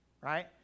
right